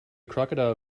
crocodile